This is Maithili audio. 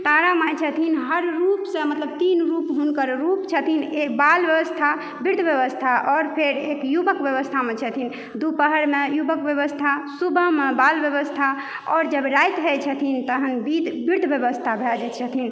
तारा माइ छथिन हर रूप से मतलब तीन रूप हुनकर रूप छथिन एक बाल अवस्था वृद्ध अवस्था और फेर युवक अवस्थामे छथिन दुपहरमे युवक अवस्था सुबहमे बाल अवस्था आओर जब राति होइ छथिन तहन बृद्ध बृद्ध अवस्था भए जाइ छथिन